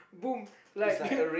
boom like